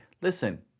listen